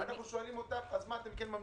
אנחנו שואלים אותך מה אתם כן ממליצים.